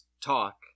talk